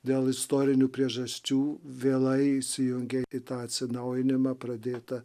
dėl istorinių priežasčių vėlai įsijungė į tą atsinaujinimą pradėta